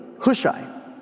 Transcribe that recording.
Hushai